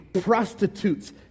prostitutes